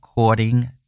according